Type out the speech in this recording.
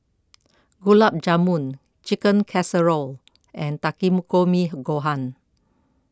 Gulab Jamun Chicken Casserole and Takikomi Gohan